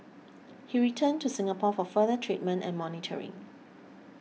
he returned to Singapore for further treatment and monitoring